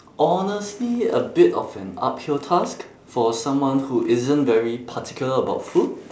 honestly a bit of an uphill task for someone who isn't very particular about food